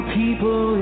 people